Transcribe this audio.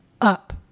up